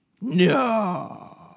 No